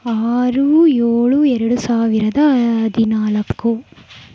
ಆರು ಏಳು ಎರಡು ಸಾವಿರದ ಹದಿನಾಲ್ಕು